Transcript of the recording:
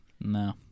No